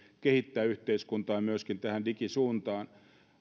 kehittää yhteiskuntaa myöskin tähän digisuuntaan